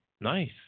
Nice